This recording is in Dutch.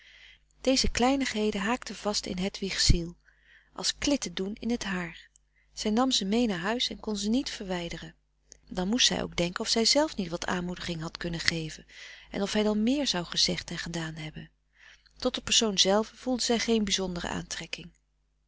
deze kleinigheden haakten vast in hedwigs ziel als klitten doen in t haar zij nam ze mee naar huis en kon ze niet verwijderen dan moest zij ook denken of zij zelf niet wat aanmoediging had kunnen geven en of hij dan meer zou gezegd en gedaan hebben tot de persoon zelve voelde zij geen bizondere aantrekking